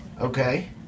Okay